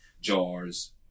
jars